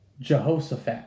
Jehoshaphat